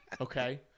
okay